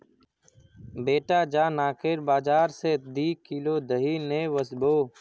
बेटा जा नाकेर बाजार स दी किलो दही ने वसबो